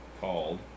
called